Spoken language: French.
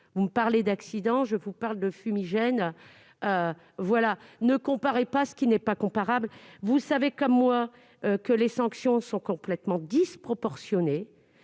feux rouges ; moi, je vous parle de fumigènes ! Ne comparez pas ce qui n'est pas comparable. Vous savez comme moi que les sanctions sont complètement disproportionnées,